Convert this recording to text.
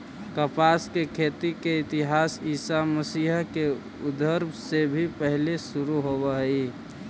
कपास के खेती के इतिहास ईसा मसीह के उद्भव से भी पहिले शुरू होवऽ हई